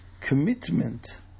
commitment